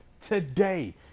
today